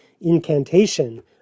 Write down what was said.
incantation